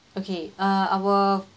okay uh our